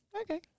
Okay